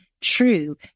true